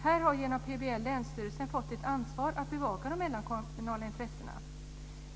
Här har länsstyrelserna genom PBL fått ett ansvar att bevaka de mellankommunala intressena.